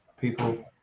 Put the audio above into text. people